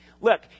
Look